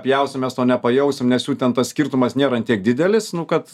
pjausim mes to nepajausim nes jų ten tas skirtumas nėra ant tiek didelis nu kad